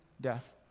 death